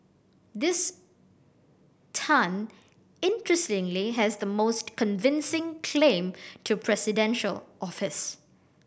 this Tan interestingly has the most convincing claim to presidential office